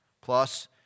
Plus